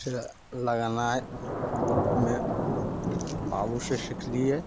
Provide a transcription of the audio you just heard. से लगेनाइ हम्मे बाबूसँ सीखलियै